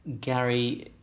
Gary